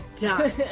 done